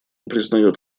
признает